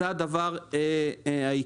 זה הדבר העיקרי.